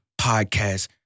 Podcast